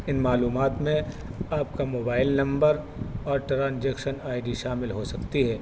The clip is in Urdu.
ان معلومات میں آپ کا موبائل نمبر اور ٹرانجیکشن آئی ڈی شامل ہو سکتی ہے